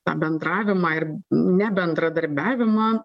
tą bendravimą ir nebendradarbiavimą